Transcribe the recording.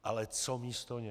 Ale co místo něj?